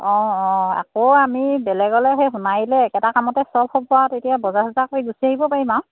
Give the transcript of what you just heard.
অঁ অঁ আকৌ আমি বেলেগলৈ সেই সোণাৰিলৈ একেটা কামতে সব হ'ব আৰু তেতিয়া বজাৰ চজাৰ কৰি গুচি আহিব পাৰিম আৰু